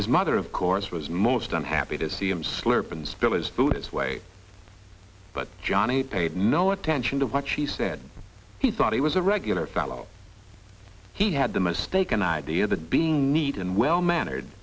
his mother of course was most unhappy to see him slurp and spill his food this way but johnny paid no attention to what she said he thought he was a regular fellow he had the mistaken idea that being neat and well mannered